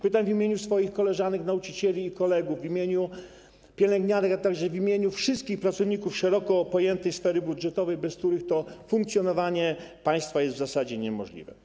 Pytam w imieniu swoich koleżanek i kolegów nauczycieli, w imieniu pielęgniarek, a także w imieniu wszystkich pracowników szeroko pojętej sfery budżetowej, bez których funkcjonowanie państwa jest w zasadzie niemożliwe.